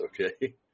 okay